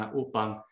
upang